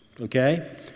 Okay